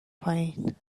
پایین